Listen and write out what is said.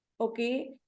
okay